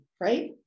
right